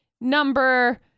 number